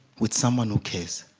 with someone who cares